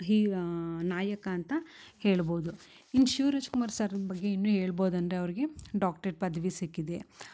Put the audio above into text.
ಹೀ ನಾಯಕ ಅಂತ ಹೇಳ್ಬೋದು ಇನ್ನು ಶಿವರಾಜಕುಮಾರ್ ಸರ್ ಬಗ್ಗೆ ಇನ್ನು ಹೇಳ್ಬೋದ್ ಅಂದರೆ ಅವ್ರ್ಗೆ ಡಾಕ್ಟ್ರೇಟ್ ಪದವಿ ಸಿಕ್ಕಿದೆ